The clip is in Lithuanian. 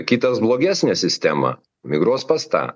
kitas blogesnę sistemą migruos pas tą